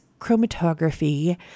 chromatography